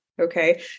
Okay